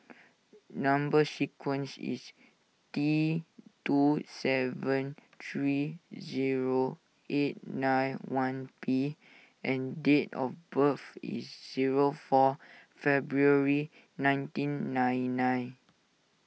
Number Sequence is T two seven three zero eight nine one P and date of birth is zero four February nineteen nine nine